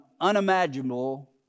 unimaginable